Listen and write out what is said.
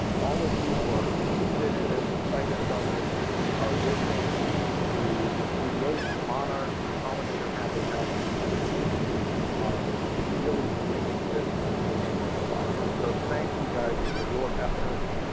all of you who are interested in this, excited about this, and who are working to create monarch and pollinator habitat in your own communities are really bringing this vision to life. so thank you guys for your efforts.